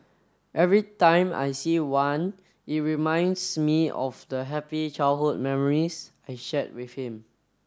every time I see one it reminds me of the happy childhood memories I shared with him